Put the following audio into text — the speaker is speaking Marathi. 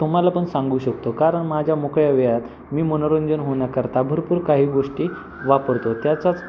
तुम्हाला पण सांगू शकतो कारण माझ्या मोकळ्या वेळात मी मनोरंजन होण्याकरता भरपूर काही गोष्टी वापरतो त्याचाच